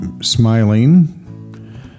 smiling